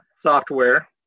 Software